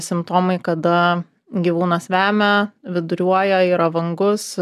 simptomai kada gyvūnas vemia viduriuoja yra vangus